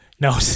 No